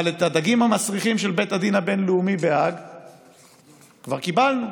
אבל את הדגים המסריחים של בית הדין הבין-לאומי בהאג כבר קיבלנו,